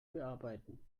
bearbeiten